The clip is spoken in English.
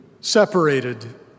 separated